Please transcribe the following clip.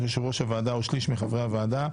יושב ראש הוועדה או שליש מחברי הוועדה,